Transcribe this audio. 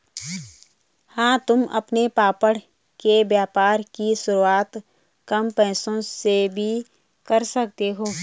हाँ तुम अपने पापड़ के व्यापार की शुरुआत कम पैसों से भी कर सकती हो